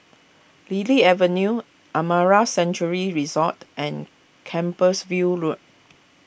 Lily Avenue Amara Sanctuary Resort and Compassvale Road